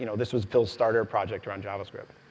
you know this was phil's starter project to run javascript.